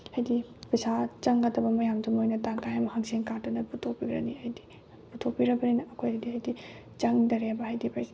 ꯍꯥꯏꯗꯤ ꯄꯩꯁꯥ ꯆꯪꯒꯗꯕ ꯃꯌꯥꯝꯗꯣ ꯃꯣꯏꯅ ꯇꯪꯈꯥꯏ ꯑꯃ ꯍꯛꯁꯦꯜ ꯀꯥꯠꯇꯨꯅ ꯄꯨꯊꯣꯛꯄꯤꯔꯅꯤ ꯍꯥꯏꯗꯤ ꯄꯨꯊꯣꯛꯄꯤꯔꯕꯅꯤꯅ ꯑꯩꯈꯣꯏꯒꯤꯗꯤ ꯍꯥꯏꯗꯤ ꯆꯪꯗꯔꯦꯕ ꯍꯥꯏꯗꯤ